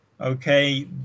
okay